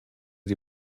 sie